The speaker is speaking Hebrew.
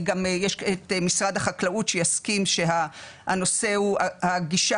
יש גם את משרד החקלאות שיסכים שהנושא הוא הגישה